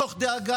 מתוך דאגה